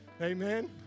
Amen